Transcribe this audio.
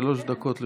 שלוש דקות לרשותך.